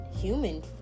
human